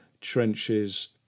trenches